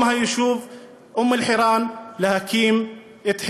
היישוב אום אל-חיראן להקים את חירן.